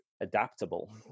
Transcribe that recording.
adaptable